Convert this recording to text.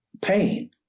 pain